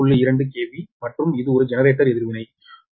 2 KV மற்றும் இது ஒரு ஜெனரேட்டர் எதிர்வினை 0